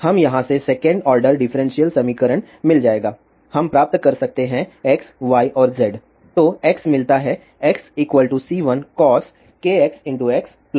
हम यहाँ से सेकंड आर्डर डिफरेंशियल समीकरण मिल जाएगा हम प्राप्त कर सकते हैं X Y और Z तो X मिलता है XC1cos kxx C2sin kxx